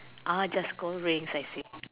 ah just gold rings I see